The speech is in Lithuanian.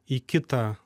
į kitą